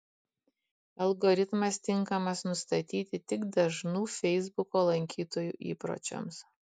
algoritmas tinkamas nustatyti tik dažnų feisbuko lankytojų įpročiams